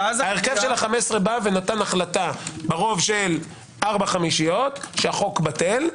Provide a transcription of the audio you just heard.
ההרכב של 15 נתן החלטה ברוב של ארבע חמישיות שהחוק בטל.